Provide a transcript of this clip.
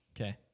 Okay